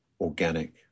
organic